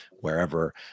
wherever